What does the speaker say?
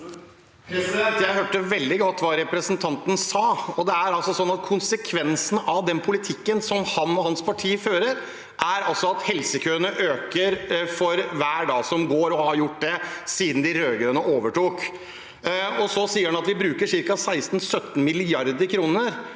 Jeg hørte veldig godt hva representanten sa. Det er sånn at konsekvensen av den politikken som han og hans parti fører, er at helsekøene øker for hver dag som går, og de har gjort det siden de rød-grønne overtok. Så sier han at vi bruker ca. 16–17 mrd. kr